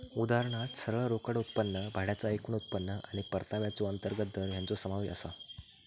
उदाहरणात सरळ रोकड उत्पन्न, भाड्याचा एकूण उत्पन्न आणि परताव्याचो अंतर्गत दर हेंचो समावेश आसा